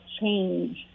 change